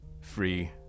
free